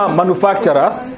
manufacturers